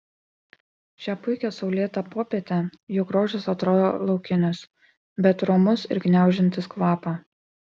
šią puikią saulėtą popietę jų grožis atrodo laukinis bet romus ir gniaužiantis kvapą